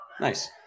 Nice